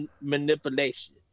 manipulation